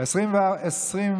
1 נתקבל.